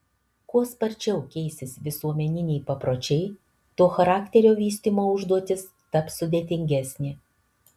kuo sparčiau keisis visuomeniniai papročiai tuo charakterio vystymo užduotis taps sudėtingesnė